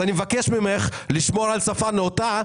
אני מבקש ממך לשמור על שפה נאותה.